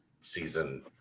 season